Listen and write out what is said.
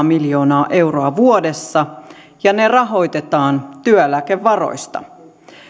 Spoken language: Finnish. miljoonaa euroa vuodessa ja ne rahoitetaan työeläkevaroista